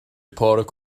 pádraic